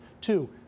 Two